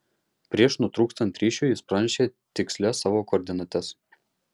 prieš nutrūkstant ryšiui jis pranešė tikslias savo koordinates